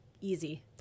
easy